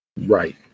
Right